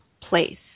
place